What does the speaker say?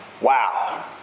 Wow